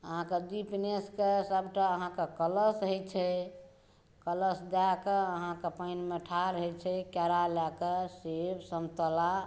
अहाँके दीप नेसिकऽ सबटा अहाँके कलश होइ छै कलश दऽ कऽ अहाँके पानिमे ठाड़ होइ छै केरा लऽ कऽ सेब सनतोला